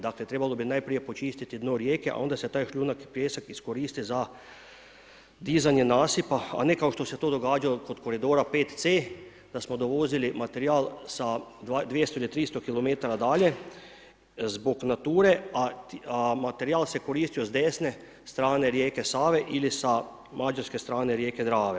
Dakle, trebalo bi najprije počistiti dno rijeke a onda se taj šljunak i pijesak iskoristi za dizanje nasipa a ne kao što se to događalo kod koridora 5C da smo dovozili materijal sa 200 ili 300 km dalje zbog Nature a materijal se koristio s desne strane rijeke Save ili sa Mađarske strane rijeke Drave.